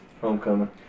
Homecoming